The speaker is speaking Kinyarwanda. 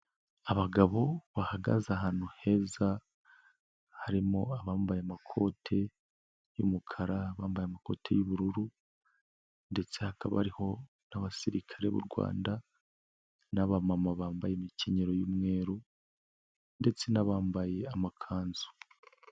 Abagabo bahagaze ahantu heza harimo abambaye amakoti y'umukara, abambaye amakoti y'ubururu ndetse hakaba hariho n'abasirikare b'u Rwanda n'abamama bambaye imikenyero y'umweru ndetse n'abambaye amakanzu.